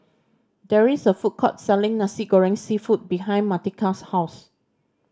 there is a food court selling Nasi Goreng Seafood behind Martika's house